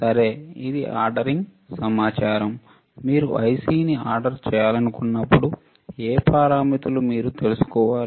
సరే ఇది ఆర్డరింగ్ సమాచారం మీరు IC ని ఆర్డర్ చేయాలనుకున్నప్పుడు ఏ పారామితులు మీరు తెలుసుకోవాలి